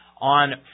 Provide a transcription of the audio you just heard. on